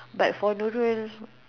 but for Nurul